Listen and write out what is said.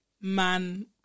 man